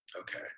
okay